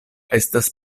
estas